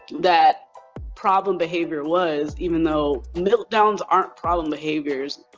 that problem behavior was, even though meltdowns aren't problem behaviors.